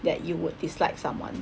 that you would dislike someone